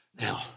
Now